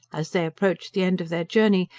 as they approached the end of their journey,